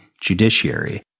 judiciary